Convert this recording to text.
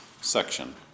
section